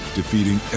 defeating